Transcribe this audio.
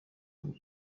ngo